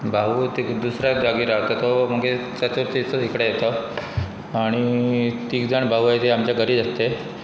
भाऊ ते दुसऱ्या जागीर रावता तो मागीर तेचोच इकडे येता आनी तीग जाण भाऊ ये ती आमच्या घरीच आसते